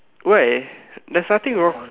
why there's nothing wrong